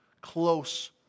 close